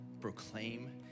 proclaim